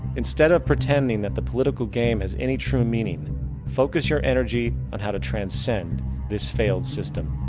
instead of pretending that the political game has any true meaning focus your energy on how to transcend this failed system.